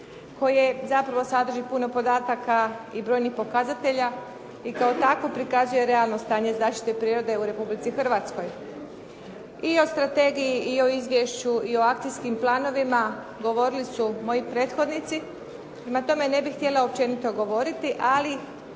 koje zapravo sadrži puno podataka i brojnih pokazatelja i kao takvo prikazuje realno stanje zaštite prirode u Republici Hrvatskoj. I o strategiji i o izvješću i o akcijskim planovima govorili su moji prethodnici. Prema tome ne bih htjela općenito govoriti ali